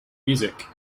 music